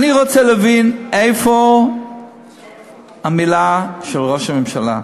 אני רוצה להבין איפה המילה של ראש הממשלה.